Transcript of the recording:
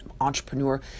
entrepreneur